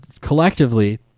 collectively